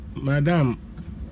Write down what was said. madam